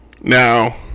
Now